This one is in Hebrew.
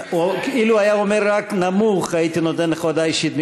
אילו היה אומר רק "נמוך" הייתי נותן לך הודעה אישית,